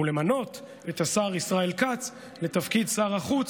ולמנות את השר ישראל כץ לתפקיד שר החוץ,